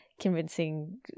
convincing